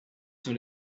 sur